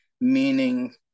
meaning